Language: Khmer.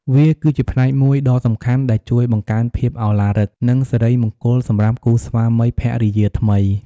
វាគឺជាផ្នែកមួយដ៏សំខាន់ដែលជួយបង្កើនភាពឱឡារិក និងសិរីមង្គលសម្រាប់គូស្វាមីភរិយាថ្មី។